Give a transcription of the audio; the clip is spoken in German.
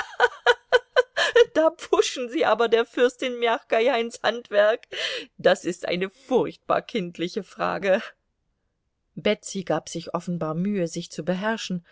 da pfuschen sie aber der fürstin mjachkaja ins handwerk das ist eine furchtbar kindliche frage betsy gab sich offenbar mühe sich zu beherrschen